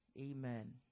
Amen